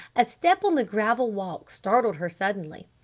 a step on the gravel walk startled her suddenly.